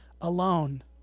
alone